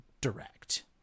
direct